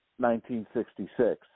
1966